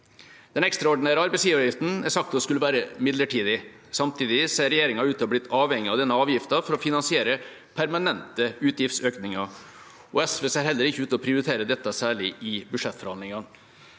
Den ekstraordinære arbeidsgiveravgiften er sagt å skulle være midlertidig. Samtidig ser regjeringa ut til å ha blitt avhengig av denne avgiften for å finansiere permanente utgiftsøkninger. SV ser heller ikke ut til å prioritere dette særlig i budsjettforhandlingene.